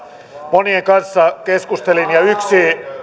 ja monien kanssa keskustelin ja yksi